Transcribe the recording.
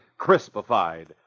crispified